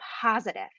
positive